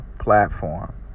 platform